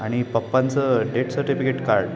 आणि पप्पांचं death certificate काढ